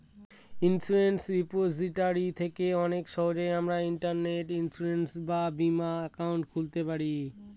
insurance repository থেকে অনেক সহজেই আমরা ইন্টারনেটে ইন্সুরেন্স বা বীমা একাউন্ট খুলতে পারি